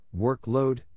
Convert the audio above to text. workload